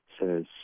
says